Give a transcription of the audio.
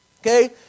Okay